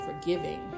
forgiving